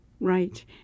Right